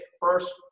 first